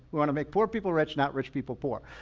we want to make poor people rich, not rich people poor.